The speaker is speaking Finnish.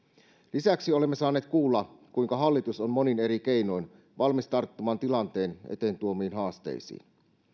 lisäksi olemme saaneet kuulla kuinka hallitus on monin eri keinoin valmis tarttumaan tilanteen eteen tuomiin haasteisiin